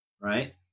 right